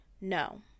no